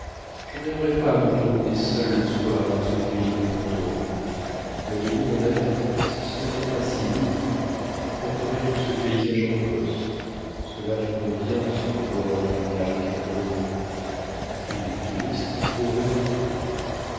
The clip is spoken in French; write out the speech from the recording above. je n'aimerais pas à me promener seul le soir dans ce pays de fantômes voyez-vous mon maître si ce n'était pas si lourd j'emporterais tout ce paysage en écosse cela ferait bien sur les bords du lac lomond et les touristes y courraient en foule